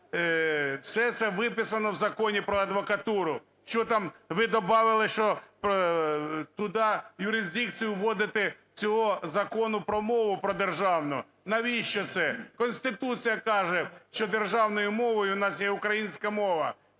все це виписано в Законі про адвокатуру, що там ви добавили, що туди юрисдикцію вводити цього Закону про мову про державну. Навіщо це? Конституція каже, що державною мовою в нас є українська мова.